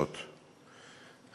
לבין הבנים שלה?